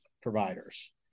Providers